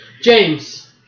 James